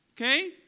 okay